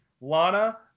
Lana